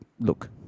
look